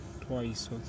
twice